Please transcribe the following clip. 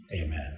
amen